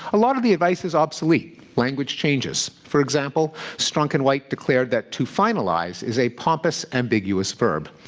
a lot of the advice is obsolete. language changes. for example, strunk and white declared that, to finalize is a pompous, ambiguous verb.